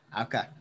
okay